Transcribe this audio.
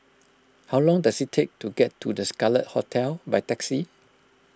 how long does it take to get to the Scarlet Hotel by taxi